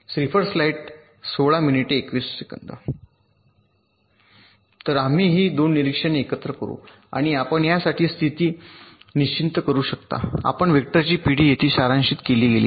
तर आम्ही ही 2 निरीक्षणे एकत्र करू आणि आपण यासाठी स्थिती निश्चित करू शकता चाचणी वेक्टरची पिढी येथे सारांशित केली गेली आहे